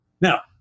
Now